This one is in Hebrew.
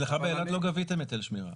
אצלך, באילת, לא גביתם היטל שמירה.